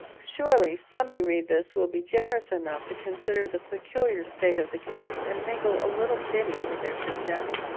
surely some who read this will be generous enough to consider the peculiar state of the case, and mingle a little pity with their contempt.